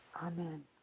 Amen